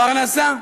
פרנסה.